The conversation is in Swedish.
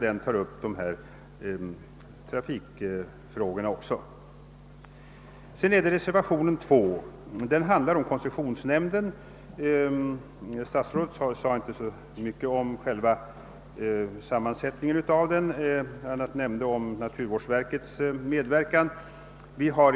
Därmed kommer jag över till reservationen II, som handlar om koncessionsnämnden. Statsrådet nämnde där bara att naturvårdsverket kommer att vara representerat men sade inte mycket om nämndens sammansättning i övrigt.